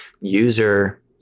user